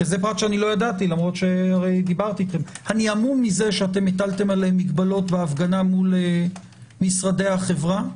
כי זה פרט שלא ידעתי שאתם הטלתם עליהם מגבלות בהפגנה מול משרדי החברה.